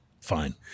fine